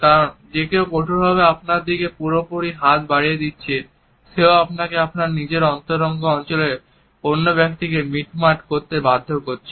কারণ যে কেউ কঠোরভাবে আপনার দিকে পুরোপুরি হাত বাড়িয়ে দিচ্ছে সেও আপনাকে আপনার নিজের অন্তরঙ্গ অঞ্চলে অন্য ব্যক্তিকে মিটমাট করতে বাধ্য করছে